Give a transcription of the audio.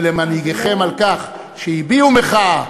ולמנהיגיכם, על כך שהביעו מחאה,